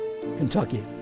Kentucky